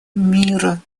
мира